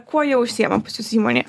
kuo jie užsiima pas jus įmonėj